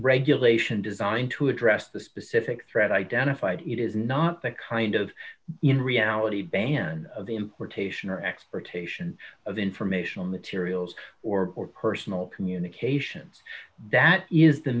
regulation designed to address the specific threat identified it is not the kind of in reality ban of the importation or export taishan of informational materials or for personal communications that is the